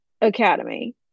Academy